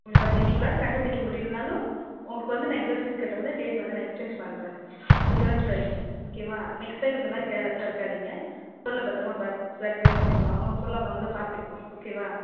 உங்களுக்கு அப்படி இன்றைக்குள்ளார கண்டுப்பிடிக்க முடியலைனாலும் உங்களுக்கு வந்து நான் எக்ஸாம் ஃபீஸ் கட்ட வந்து டேட் வந்து நான் எக்சேஞ்ச் பண்ணுறேன் யூ டோன்ட் வொரி ஓகேவா நெக்ஸ்ட் டைம் இந்த மாதிரி கேர்லெஸ்ஸாக இருக்காதீங்க பொருளை பத்திரமா பேக் ஜாக்கிரதையாக பார்த்துக்கோங்க அவங்கவங்க பொருளை அவங்கவங்கதான் பார்த்துக்கணும் ஓகேவா